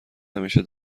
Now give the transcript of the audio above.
همیشه